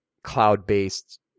Cloud-based